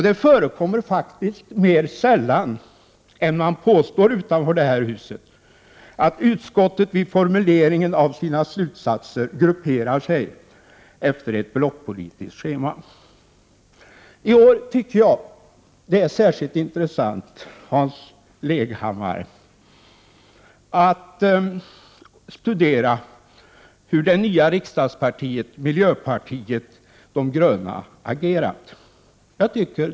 Det förekommer faktiskt mer sällan än man påstår utanför det här huset att utskottet vid formuleringen av sina slutsatser grupperar sig efter ett blockpolitiskt schema. I år tycker jag att det är särskilt intressant, Hans Leghammar, att studera hur det nya riksdagspartiet miljöpartiet de gröna agerat.